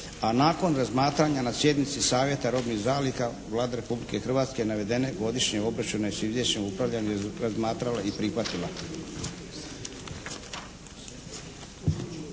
a nakon razmatranja na sjednici Savjeta robnih zaliha Vlada Republike Hrvatske navedene godišnje obračune sa izvješćem upravljanja razmatrala i prihvatila.